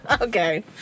Okay